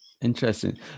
Interesting